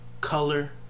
color